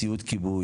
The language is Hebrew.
ציוד כיבוי.